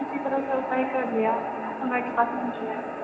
किसी तरहसँ उपाए करि लिअऽ हमराके पास नइखे